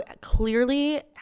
clearly –